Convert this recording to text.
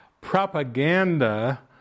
propaganda